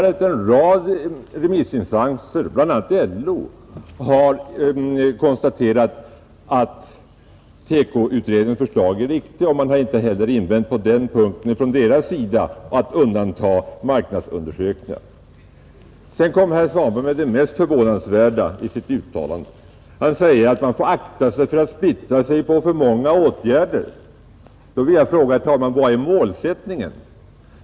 Jag sade också att en rad remissinstanser, bl.a. LO, har konstaterat att TEKO-utredningens förslag är riktiga. Där har man inte kommit med några invändningar och velat undanta marknadsundersökningar. Men sedan kom herr Svanberg med det mest förvånansvärda i sitt resonemang, då han sade att man får se upp så att man inte splittrar sig på för många åtgärder. Då vill jag fråga: Vad är målsättningen?